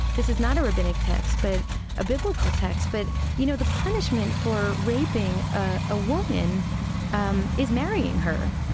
this is not a rabbinic text but a biblical text, but you know, the punishment for raping a ah woman um is marrying her.